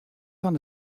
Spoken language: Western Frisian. fan